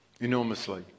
enormously